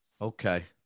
Okay